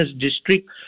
district